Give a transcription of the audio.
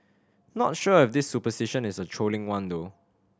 not sure if this superstition is a trolling one though